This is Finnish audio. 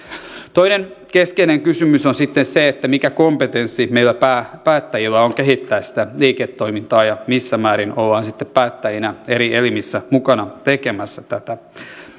toinen keskeinen kysymys on sitten se mikä kompetenssi meillä päättäjillä on kehittää sitä liiketoimintaa ja missä määrin ollaan sitten päättäjinä eri elimissä mukana tekemässä tätä